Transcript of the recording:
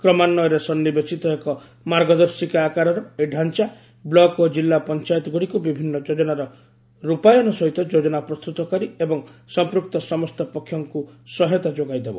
କ୍ମାନ୍ନୟରେ ସନ୍ତିବେଶିତ ଏକ ମାର୍ଗଦର୍ଶିକା ଆକାରର ଏହି ଢାଂଚା ବୂକ ଓ ଜିଲ୍ଲା ପଂଚାୟତଗୁଡିକୁ ବିଭିନ୍ନ ଯୋଜନାର ରୂପାୟନ ସହିତ ଯୋଜନା ପ୍ରସ୍ତୁତକାରୀ ଏବଂ ସମ୍ପୃକ୍ତ ସମସ୍ତ ପକ୍ଷଙ୍କୁ ସହାୟତା ଯୋଗାଇଦେବ